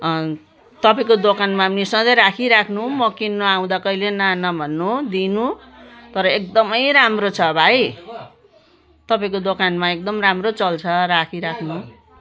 तपाईँको दोकानमा पनि सधैँ राखिराख्नु म किन्न आउँदा कहिले न नभन्नु दिनु तर एकदमै राम्रो छ भाइ तपाईँको दोकानमा एकदम राम्रो चल्छ राखिराख्नु